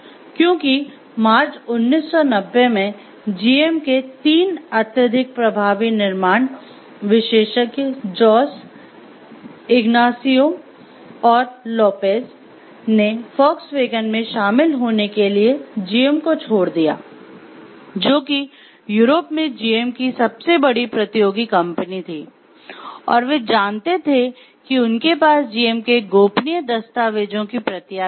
क्योंकि मार्च उन्नीस सौ नब्बे में जीएम ने वोक्सवैगन में शामिल होने के लिए जीएम को छोड़ दिया जो कि यूरोप में जीएम की सबसे बड़ी प्रतियोगी कम्पनी थी और वे जानते थे कि उनके पास जीएम के गोपनीय दस्तावेजों की प्रतियां भी थी